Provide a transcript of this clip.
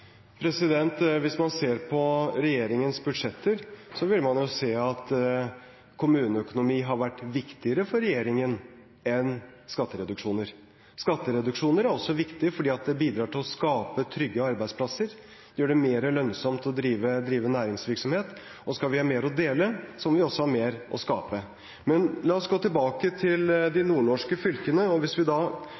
Hvis man ser på regjeringens budsjetter, vil man se at kommuneøkonomi har vært viktigere for regjeringen enn skattereduksjoner. Skattereduksjoner er også viktig fordi det bidrar til å skape trygge arbeidsplasser. Det gjør det mer lønnsomt å drive næringsvirksomhet. Skal vi ha mer å dele, må vi også ha mer å skape. Men la oss gå tilbake til de nordnorske fylkene. Hvis vi